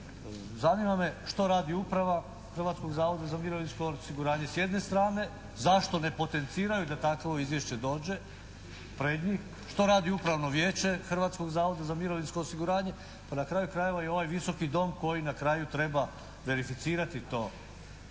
Zanima me što radi uprava Hrvatskog zavoda za mirovinsko osiguranje s jedne strane, zašto ne potenciraju da takvo izvješće dođe pred njih, što radi Upravno vijeće Hrvatskog zavoda za mirovinsko osiguranje, pa na kraju krajeva i ovaj Visoki dom koji na kraju treba verificirati to?